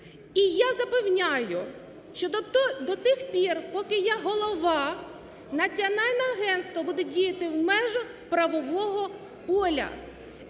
І я запевняю, що тих пір, поки я голова, Національне агентство буде діяти в межах правового поля